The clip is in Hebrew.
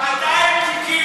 200 תיקים.